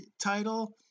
title